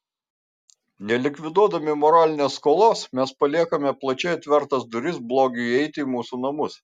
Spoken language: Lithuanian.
nelikviduodami moralinės skolos mes paliekame plačiai atvertas duris blogiui įeiti į mūsų namus